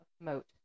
Moat